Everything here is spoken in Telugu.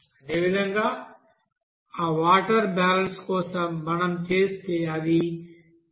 అదేవిధంగా ఆ వాటర్ బాలన్స్ కోసం మనం చేస్తే అది 0